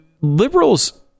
liberals